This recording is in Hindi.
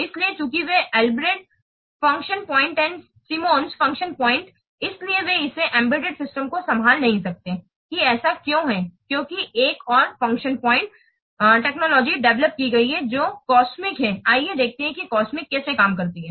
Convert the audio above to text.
इसलिए चूंकि वे अल्ब्रेक्ट फंक्शन पॉइंट और सीमन्स फंक्शन पॉइंट्स हैं इसलिए वे इस एम्बेडेड सिस्टम को संभाल नहीं सकते हैं कि ऐसा क्यों है क्योंकि एक और फंक्शन पॉइंट टेक्नोलॉजी डेवेलोप की गई है जो COSMICS है आइए देखते हैं कि कॉसमिक्स कैसे काम करती है